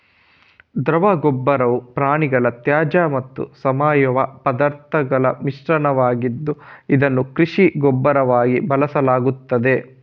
ದ್ರವ ಗೊಬ್ಬರವು ಪ್ರಾಣಿಗಳ ತ್ಯಾಜ್ಯ ಮತ್ತು ಸಾವಯವ ಪದಾರ್ಥಗಳ ಮಿಶ್ರಣವಾಗಿದ್ದು, ಇದನ್ನು ಕೃಷಿ ಗೊಬ್ಬರವಾಗಿ ಬಳಸಲಾಗ್ತದೆ